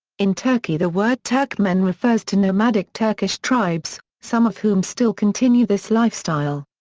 in turkey the word turkmen refers to nomadic turkish tribes, some of whom still continue this lifestyle.